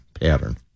pattern